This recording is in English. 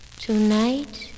tonight